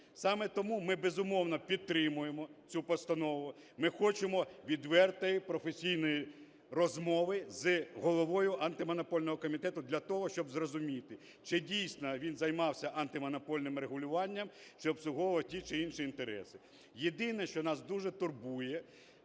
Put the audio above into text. Саме тому ми, безумовно, підтримуємо цю постанову. Ми хочемо відвертої професійної розмови з Головою Антимонопольного комітету для того, щоб зрозуміти, чи, дійсно, він займався антимонопольним регулюванням, чи обслуговував ті чи інші інтереси. Єдине, що нас дуже турбує,